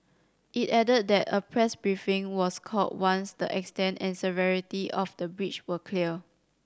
it added that a press briefing was called once the extent and severity of the breach were clear